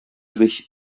sich